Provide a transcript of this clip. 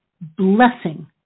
Blessing